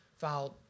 filed